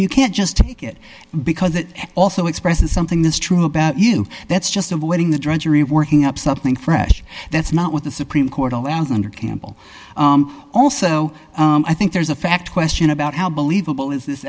you can't just take it because it also expresses something that's true about you that's just avoiding the drudgery of working up something fresh that's not what the supreme court allows under campbell also i think there's a fact question about how believable is this